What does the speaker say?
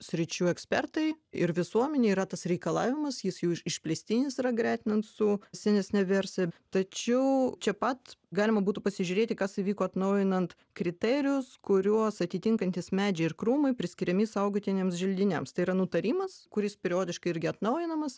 sričių ekspertai ir visuomenei yra tas reikalavimas jis jau išplėstinis yra gretinant su senesne versija tačiau čia pat galima būtų pasižiūrėti kas įvyko atnaujinant kriterijus kuriuos atitinkantys medžiai ir krūmai priskiriami saugotiniems želdiniams tai yra nutarimas kuris periodiškai irgi atnaujinamas